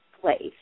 place